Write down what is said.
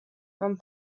from